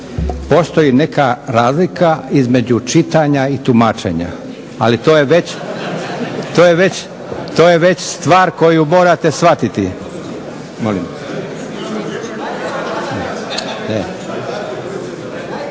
Postoji neka razlika između čitanja i tumačenja, ali to je već stvar koju morate shvatiti. …